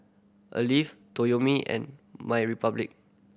a leave Toyomi and MyRepublic